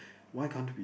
why can't we